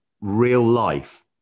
real-life